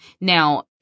Now